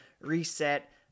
reset